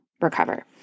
recover